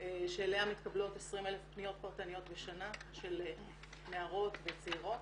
שאליה מתקבלות 20,000 פניות פרטניות בשנה של נערות וצעירות,